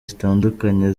zitandukanye